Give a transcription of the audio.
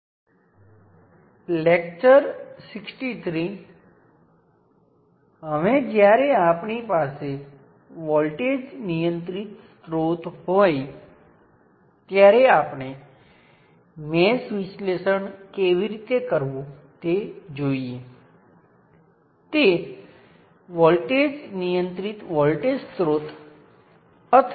આ લેક્ચરમાં આપણે સબસ્ટીટ્યુશન થિયર્મના અન્ય પ્રકારને ધ્યાનમાં લઈએ છીએ જ્યાં આપણે કરંટ સ્ત્રોતને બદલે વોલ્ટેજ સ્ત્રોત સાથે ઘટકને બદલીએ છીએ